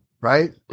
right